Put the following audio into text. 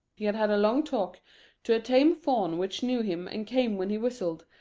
he had had a long talk to a tame fawn which knew him and came when he whistled,